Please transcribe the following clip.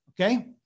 okay